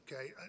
Okay